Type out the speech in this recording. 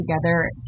together